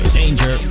danger